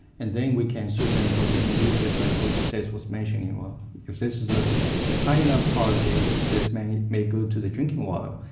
and then we can suit them for different uses, like what seth was mentioning. um if this is a high enough quality, this may make go to the drinking water.